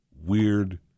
weird